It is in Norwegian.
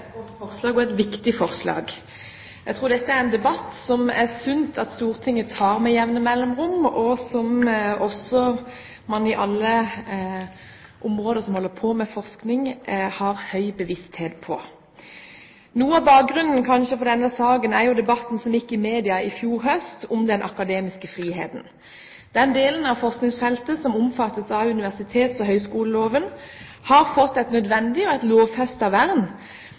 tror dette er en debatt som det er sunt at Stortinget tar med jevne mellomrom, og at man på alle områder der man holder på med forskning, er bevisst på dette. Noe av bakgrunnen for denne saken er debatten som gikk i media i fjor høst om den akademiske friheten. Den delen av forskningsfeltet som omfattes av universitets- og høyskoleloven, har fått et nødvendig